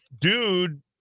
dude